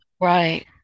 Right